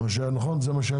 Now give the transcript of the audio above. מה שהיה נכון זה מה שהיה